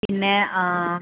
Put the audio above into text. പിന്നെ